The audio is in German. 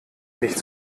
nicht